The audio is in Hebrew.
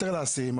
יותר לאסירים,